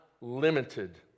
limited